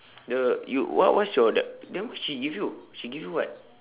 the you what what is your that then what she give you she give you what